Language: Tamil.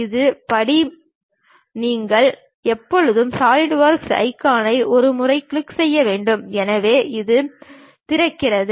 முதல் படி நீங்கள் எப்போதும் சாலிட்வொர்க் ஐகானை இருமுறை கிளிக் செய்ய வேண்டும் எனவே அது திறக்கிறது